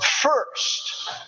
first